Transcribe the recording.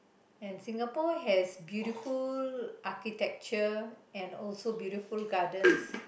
and Singapore has beautiful architecture and also beautiful garden